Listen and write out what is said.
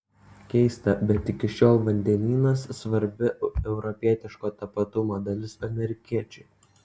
keista bet iki šiol vandenynas svarbi europietiško tapatumo dalis amerikiečiui